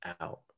out